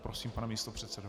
Prosím, pane místopředsedo.